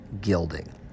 gilding